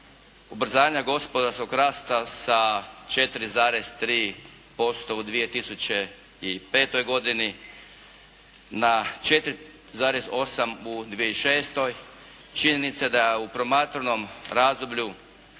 ubrzanja gospodarskog rasta sa 4,3% u 2005. godini na 4,8 u 2006. činjenica